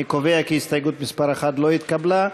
אני קובע כי התנגדות מס' 1 לא התקבלה.